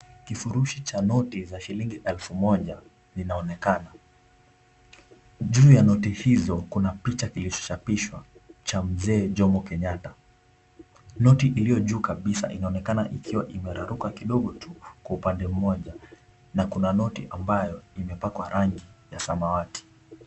Kifurushi cha noti za shilingi elfu moja zinaonekana. Juu ya noti hizo kuna picha kilichochapishwa, cha mzee Jomo Kenyatta. Noti iliyo juu kabisa inaonekana ikiwa imeraruka kidogo tu, kwa upande mmoja. Na kuna noti ambayo imepakwa rangi ya samawati.